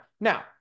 now